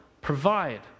Provide